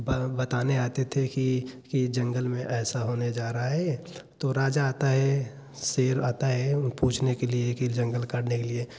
ब बताने आते थे कि कि जंगल में ऐसा होने जा रहा है तो राजा आता है शेर आता है उ पूछने के लिए कि जंगल काटने के लिए तो